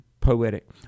poetic